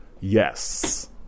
yes